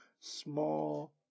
small